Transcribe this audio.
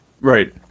right